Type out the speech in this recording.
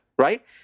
right